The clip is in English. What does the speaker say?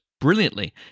brilliantly